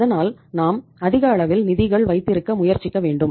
அதனால் நாம் அதிக அளவில் நிதிகள் வைத்திருக்க முயற்சிக்க வேண்டும்